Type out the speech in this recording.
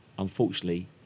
Unfortunately